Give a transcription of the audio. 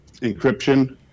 encryption